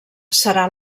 serà